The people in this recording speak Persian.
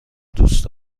دوست